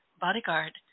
bodyguard